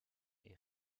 est